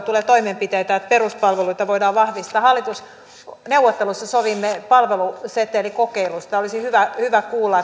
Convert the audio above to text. tulee toimenpiteitä että peruspalveluita voidaan vahvistaa hallitusneuvotteluissa sovimme palvelusetelikokeilusta olisi hyvä hyvä kuulla